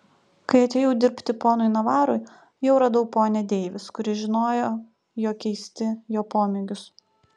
kai atėjau dirbti ponui navarui jau radau ponią deivis kuri žinojo jo keisti jo pomėgius